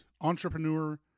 entrepreneur